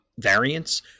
variants